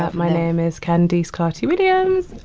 ah my name is candice carty-williams.